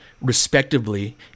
respectively